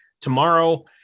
tomorrow